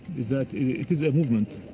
is that it is a movement